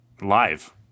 Live